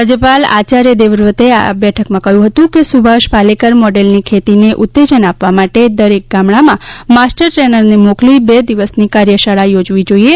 રાજયપાલ આચાર્થ દેવ વ્રતે આ બેઠક માં કહ્યું હતું કે સુભાષ પાલેકર મોડેલ ની ખેતી ને ઉત્તેજન આપવા માટે દરેક ગામડા માં માસ્ટર ટ્રેનર ને મોકલી બે દિવસ ની કાર્યશાળા યોજવી જોઇએ